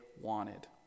wanted